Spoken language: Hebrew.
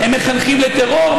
הם מחנכים לטרור,